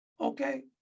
okay